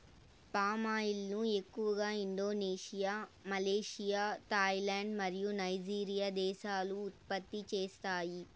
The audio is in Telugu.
పామాయిల్ ను ఎక్కువగా ఇండోనేషియా, మలేషియా, థాయిలాండ్ మరియు నైజీరియా దేశాలు ఉత్పత్తి చేస్తాయి